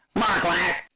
mark lack.